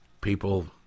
people